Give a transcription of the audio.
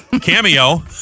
Cameo